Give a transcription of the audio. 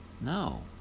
No